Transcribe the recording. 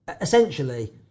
essentially